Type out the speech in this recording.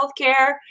healthcare